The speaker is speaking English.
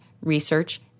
Research